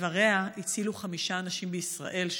ואיבריה הצילו חמישה אנשים בישראל.